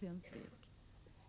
sedan.